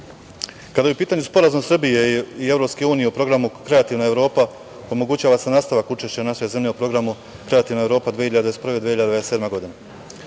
je u pitanju Sporazum Srbije i EU o programu - Kreativna Evropa, omogućava se nastavak učešća naše zemlje u programu – Kreativna Evropa 2021-2027 godina.